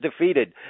defeated